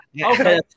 Okay